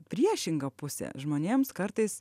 priešinga pusė žmonėms kartais